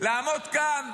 לעמוד כאן,